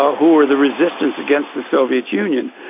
ah who were the resistance against the soviet union.